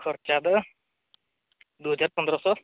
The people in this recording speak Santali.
ᱠᱷᱚᱨᱪᱟ ᱫᱚ ᱫᱩ ᱦᱟᱡᱟᱨ ᱯᱚᱱ ᱫᱨᱚ ᱥᱚ